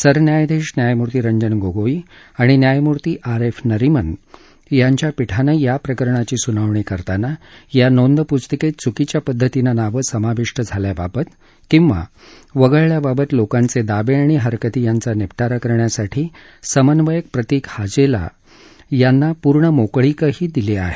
सरन्यायाधीश न्यायमूर्ती रंजन गोगोई आणि न्यायमूर्ती आर एफ नरीमन यांच्या पीठानं या प्रकरणाची सुनावणी करताना या नोंदपुस्तिकेत चुकीच्या पद्धतीनं नावं समाविष्ट झाल्याबाबत किंवा वगळल्याबाबत लोकांचे दावे आणि हरकती यांचा निपटारा करण्यासाठी समन्वयक प्रतिक हाजेला यांना पूर्ण मोकळीकही दिली आहे